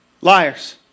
Liars